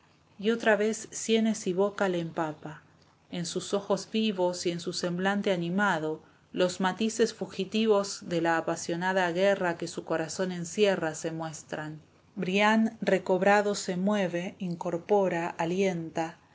y otra vez sienes y boca la cautiva le empapa en sus ojos vivos y en su semblante animado los matices fugitivos de la apasionada guerra oue su corazón encierra se muestran brian recobrado se mueve incorpora alienta